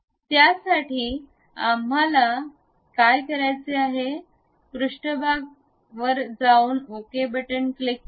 त्यासाठी आपल्याला काय करायचे आहे पृष्ठभाग ओके क्लिक करा